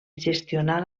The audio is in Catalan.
gestionar